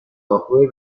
راهرو